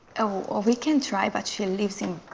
ah we can try but she lives in